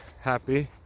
happy